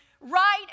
right